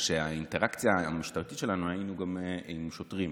שהאינטראקציה שלנו הייתה גם עם שוטרים,